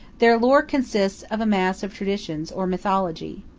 their lore consists of a mass of traditions, or mythology.